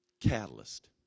catalyst